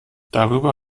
darüber